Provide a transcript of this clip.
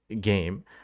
game